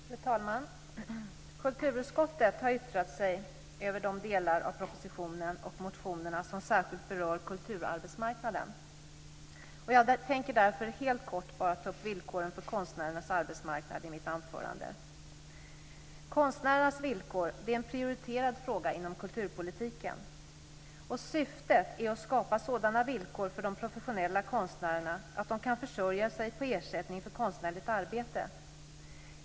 Fru talman! Kulturutskottet har yttrat sig över de delar av propositionen och motionerna som särskilt berör kulturarbetsmarknaden. Jag tänker därför helt kort ta upp villkoren för konstnärernas arbetsmarknad i mitt anförande. Konstnärernas villkor är en prioriterad fråga inom kulturpolitiken. Syftet är att skapa sådana villkor för de professionella konstnärerna att de kan försörja sig på ersättning för konstnärligt arbete.